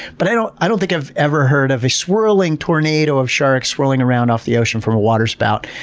but i don't i don't think i've ever heard of a swirling tornado of sharks swirling around off the ocean from a water spout.